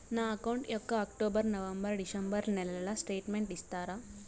నా అకౌంట్ యొక్క October, November, December నెలల స్టేట్మెంట్ ఇస్తారా?